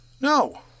No